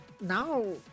now